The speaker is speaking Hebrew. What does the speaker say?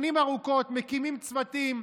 שנים ארוכות מקימים צוותים,